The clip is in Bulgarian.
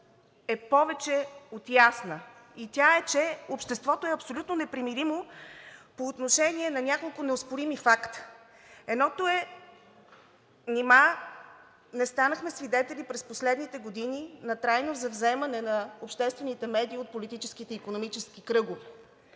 е повече от ясна – тя е, че обществото е абсолютно непримиримо по отношение на няколко неоспорими факта. Едното е: нима не станахме свидетели през последните години на трайно завземане на обществените медии от политическите и икономическите кръгове?